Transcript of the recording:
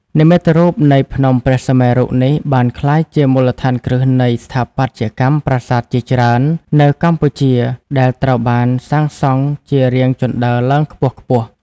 និមិត្តរូបនៃភ្នំព្រះសុមេរុនេះបានក្លាយជាមូលដ្ឋានគ្រឹះនៃស្ថាបត្យកម្មប្រាសាទជាច្រើននៅកម្ពុជាដែលត្រូវបានសាងសង់ជារាងជណ្ដើរឡើងខ្ពស់ៗ។